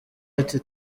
ati